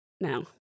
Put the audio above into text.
Now